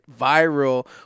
viral